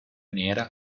nera